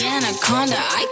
Anaconda